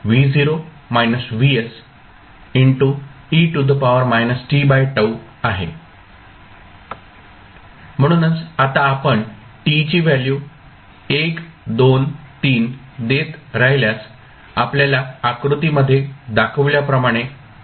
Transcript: म्हणूनच आता आपण t ची व्हॅल्यू 1 2 3 देत राहिल्यास आपल्याला आकृतीमध्ये दाखवल्याप्रमाणे कर्व मिळेल